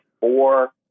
four